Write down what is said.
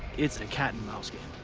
it's a cat and mouse game,